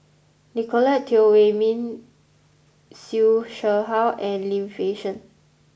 Nicolette Teo Wei Min Siew Shaw Her and Lim Fei Shen